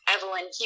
Evelyn